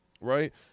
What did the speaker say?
right